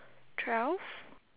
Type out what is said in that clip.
twelve